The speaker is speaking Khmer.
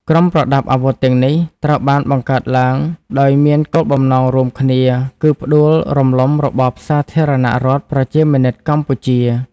ក្រុមប្រដាប់អាវុធទាំងនេះ ត្រូវបានបង្កើតឡើងដោយមានគោលបំណងរួមគ្នាគឺផ្ដួលរំលំរបបសាធារណរដ្ឋប្រជាមានិតកម្ពុជា។